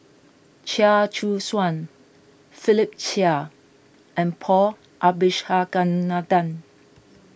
Chia Choo Suan Philip Chia and Paul Abisheganaden